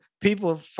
people